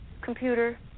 computer